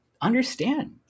understand